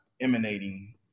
emanating